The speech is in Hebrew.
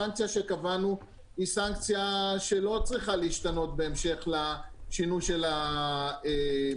הסנקציה שקבענו היא סנקציה שלא צריכה להשתנות בהמשך לשינוי של התקינה